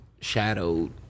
shadowed